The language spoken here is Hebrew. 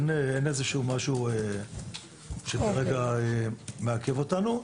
אין עוד משהו שמעכב אותנו כרגע.